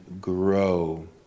grow